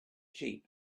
sheep